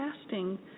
casting